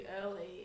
early